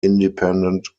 independent